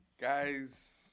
guys